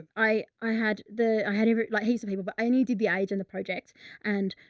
i, i had the, i had heaps like heaps of people, but i only did the age and the project and,